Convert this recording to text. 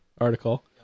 article